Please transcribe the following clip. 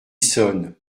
sonne